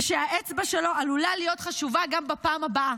ושהאצבע שלו עלולה להיות חשובה גם בפעם הבאה.